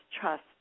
trust